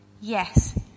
Yes